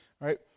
Right